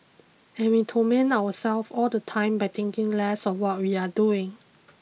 and we torment ourselves all the time by thinking less of what we are doing